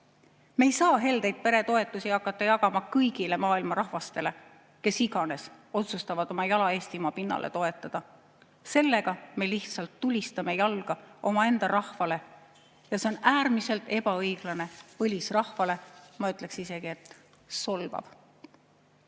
Me ei saa heldeid peretoetusi hakata jagama kõigile maailma rahvastele, kes iganes otsustavad oma jala Eestimaa pinnale toetada. Sellega me lihtsalt tulistame jalga omaenda rahvale. Ja see on äärmiselt ebaõiglane põlisrahvale. Ma ütleksin isegi, et solvav.